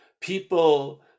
people